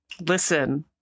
listen